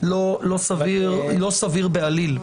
לא סביר בעליל.